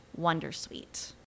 wondersuite